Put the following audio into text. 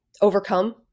overcome